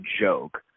joke